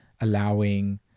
allowing